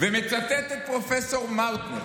שמחה רוטמן, מצטט את פרופ' מאוטנר